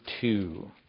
two